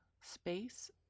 space